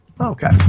Okay